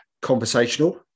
conversational